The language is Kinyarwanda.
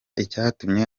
icyatumye